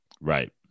Right